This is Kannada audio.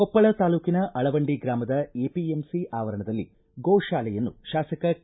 ಕೊಪ್ಪಳ ತಾಲೂಕಿನ ಅಳವಂಡಿ ಗ್ರಾಮದ ಎಪಿಎಂಸಿ ಆವರಣದಲ್ಲಿ ಗೋ ಶಾಲೆಯನ್ನು ಶಾಸಕ ಕೆ